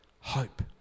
hope